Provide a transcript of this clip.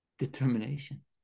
determination